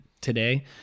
today